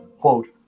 Quote